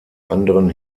anderen